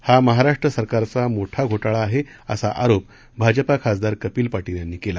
हा महाराष्ट्र सरकारचा मोठा घोठा आहे असा आरोप भाजपा खासदार कपिल पारील यांनी केला